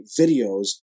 videos